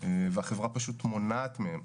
והחברה פשוט מונעת מהם.